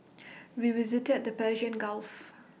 we visited the Persian Gulfs